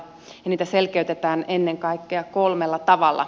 niitä selkeytetään ennen kaikkea kolmella tavalla